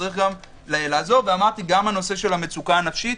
צריך גם לעזור, ואמרתי, גם נושא המצוקה הנפשית,